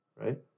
right